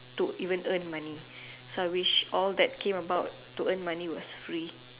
to even earn money so I wish all that came about to earn money was free